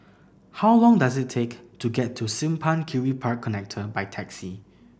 how long does it take to get to Simpang Kiri Park Connector by taxi